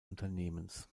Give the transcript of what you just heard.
unternehmens